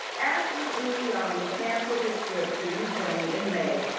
after giuliani canceled his trip to ukraine in may,